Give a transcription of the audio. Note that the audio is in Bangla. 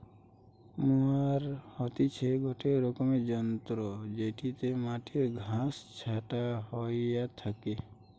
মোয়ার হতিছে গটে রকমের যন্ত্র জেটিতে মাটির ঘাস ছাটা হইয়া থাকে